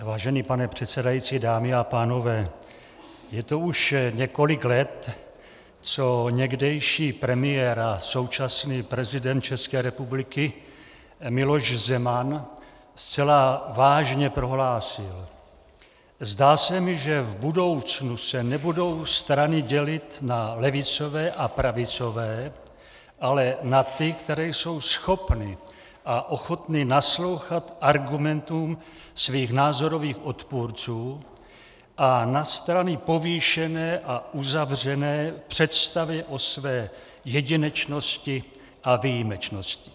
Vážený pane předsedající, dámy a pánové, je to už několik let, co někdejší premiér a současný prezident České republiky Miloš Zeman zcela vážně prohlásil: Zdá se mi, že v budoucnu se nebudou strany dělit na levicové a pravicové, ale na ty, které jsou schopny a ochotny naslouchat argumentům svých názorových odpůrců, a na strany povýšené a uzavřené v představě o své jedinečnosti a výjimečnosti.